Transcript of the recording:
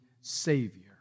savior